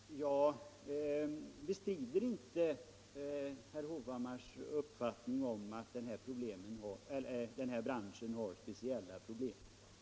Fru talman! Jag bestrider inte herr Hovhammars uppgift att den här branschen har speciella problem.